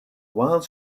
while